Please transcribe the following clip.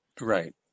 Right